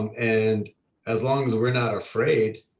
and as long as we're not afraid,